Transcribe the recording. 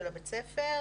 של בית הספר,